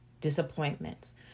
disappointments